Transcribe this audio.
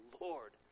Lord